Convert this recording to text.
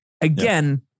Again